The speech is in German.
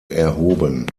erhoben